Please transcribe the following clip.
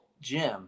jim